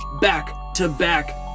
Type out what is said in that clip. back-to-back